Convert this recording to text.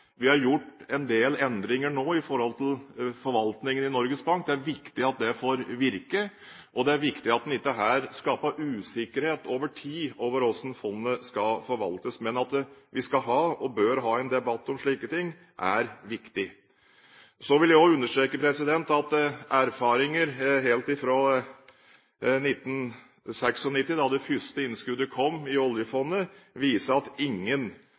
vi har gjort en del endringer nå i forhold til forvaltningen i Norges Bank. Det er viktig at det får virke, og det er viktig at en ikke her skaper usikkerhet over tid om hvordan fondet skal forvaltes. Men at vi skal ha og bør ha en debatt om slike ting, er viktig. Så vil jeg også understreke at erfaringer helt fra 1996, da det første innskuddet kom i oljefondet, viser at ingen